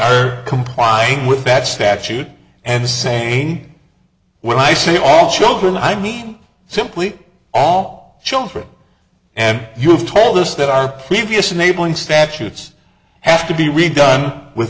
are complying with bad statute and saying when i see all children i mean simply all children and you have told us that our previous enabling statutes have to be redone with